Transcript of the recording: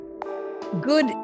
Good